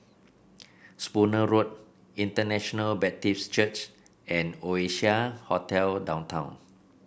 Spooner Road International Baptist Church and Oasia Hotel Downtown